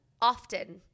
often